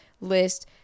list